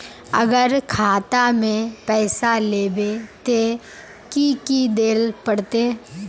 अगर खाता में पैसा लेबे ते की की देल पड़ते?